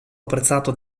apprezzato